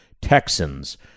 Texans